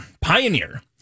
Pioneer